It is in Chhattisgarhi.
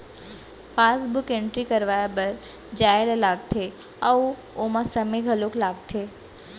पासबुक एंटरी करवाए बर जाए ल लागथे अउ ओमा समे घलौक लागथे